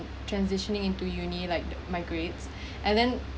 transitioning into UNI like my grades and then